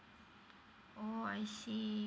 oh I see